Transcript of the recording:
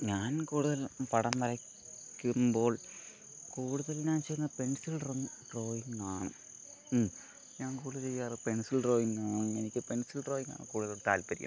ഞാൻ കൂടുതൽ പടം വരയ്ക്കുമ്പോൾ കൂടുതൽ ഞാൻ ചെയ്യുന്നത് പെൻസിൽ ഡ്രോയിങ് ഡ്രോയിങ്ങാണ് ഞാ കൂടുതൽ ചെയ്യാറ് പെൻസിൽ ഡ്രോയിങ്ങാണ് എനിക്ക് പെൻസിൽ ഡ്രോയിങ്ങാണ് കൂടുതൽ താല്പര്യം